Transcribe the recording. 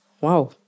Wow